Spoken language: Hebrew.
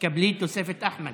תקבלי תוספת אחמד.